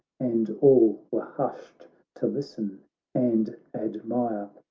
and all were hushed to listen and admire.